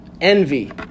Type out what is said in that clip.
envy